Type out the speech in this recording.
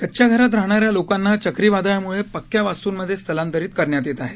कच्च्या घरात राहणाऱ्या लोकांना चक्रीवादळामुळे पक्क्या वास्तृंमध्ये स्थलांतरित करण्यात येत आहे